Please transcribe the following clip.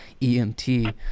EMT